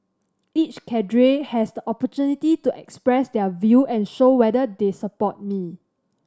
each cadre has the opportunity to express their view and show whether they support me